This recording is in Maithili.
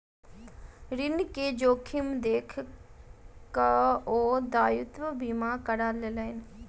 ऋण के जोखिम देख के ओ दायित्व बीमा करा लेलैन